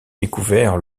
découvert